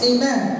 Amen